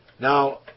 Now